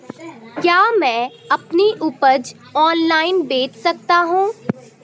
क्या मैं अपनी उपज ऑनलाइन बेच सकता हूँ?